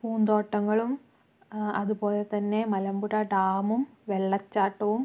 പൂന്തോട്ടങ്ങളും അതുപോലെ തന്നെ മലമ്പുഴ ഡാമും വെള്ളച്ചാട്ടവും